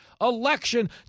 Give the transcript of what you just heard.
election